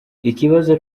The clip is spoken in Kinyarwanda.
ikibazo